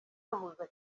duhuza